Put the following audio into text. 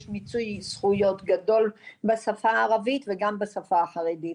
יש מיצוי זכויות בשפה הערבית וגם בשפה החרדית,